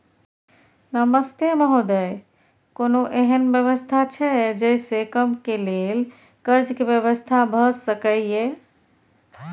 नमस्ते महोदय, कोनो एहन व्यवस्था छै जे से कम के लेल कर्ज के व्यवस्था भ सके ये?